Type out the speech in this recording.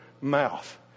mouth